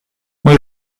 muy